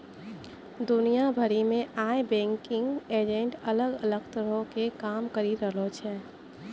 दुनिया भरि मे आइ बैंकिंग एजेंट अलग अलग तरहो के काम करि रहलो छै